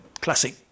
classic